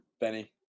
Benny